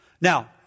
Now